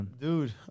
dude